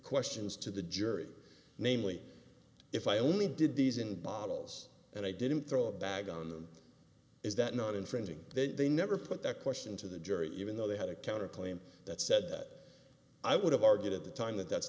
questions to the jury namely if i only did these in bottles and i didn't throw a bag on them is that not infringing they never put that question to the jury even though they had a counter claim that said i would have argued at the time that that's